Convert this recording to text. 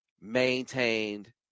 maintained